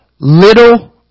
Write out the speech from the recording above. little